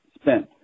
spent